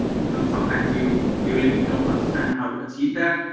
you know sometimes you usually don't understand how to achieve that.